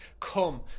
come